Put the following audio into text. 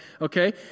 okay